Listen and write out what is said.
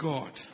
God